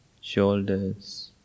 shoulders